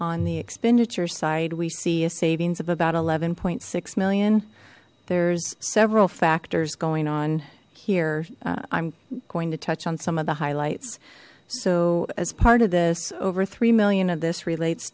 on the expenditure side we see a savings of about eleven point six million there's several factors going on here i'm going to touch on some of the highlights so as part of this over three million of this relates